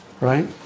right